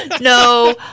No